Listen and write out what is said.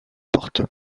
porte